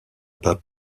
pas